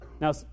Now